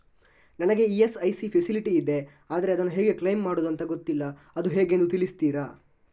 ನನಗೆ ESIC facility ಇದೆ ಆದ್ರೆ ಅದನ್ನು ಹೇಗೆ ಕ್ಲೇಮ್ ಮಾಡೋದು ಅಂತ ಗೊತ್ತಿಲ್ಲ ಅದು ಹೇಗೆಂದು ತಿಳಿಸ್ತೀರಾ?